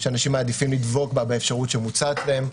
שאנשים מעדיפים לדבוק באפשרות שמוצעת להם.